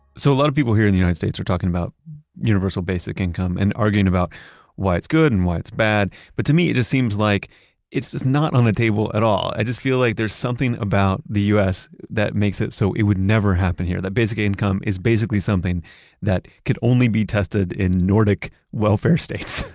so a lot of people here in the united states are talking about universal basic income and arguing about why it's good and why it's bad, but to me it just seems like it's just not on the table at all. i just feel like there's something about the u s. that makes it so it would never happen here, that basic income is basically something that could only be tested in nordic welfare states